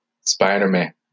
Spider-Man